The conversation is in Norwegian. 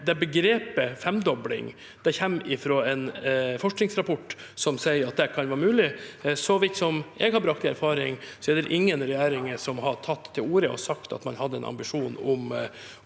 men begrepet femdobling kommer fra en forskningsrapport som sier at det kan være mulig. Så vidt jeg har brakt i erfaring, er det ingen regjeringer som har tatt til orde for og sagt at man har en ambisjon om